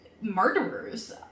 murderers